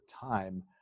time